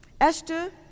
Esther